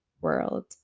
world